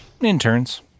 Interns